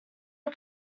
are